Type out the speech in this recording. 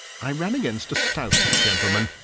i ran against a stout gentleman,